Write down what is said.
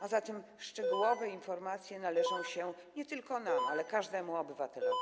A zatem szczegółowe informacje należą się nie tylko nam, ale każdemu obywatelowi.